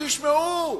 תשמעו,